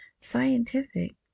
Scientific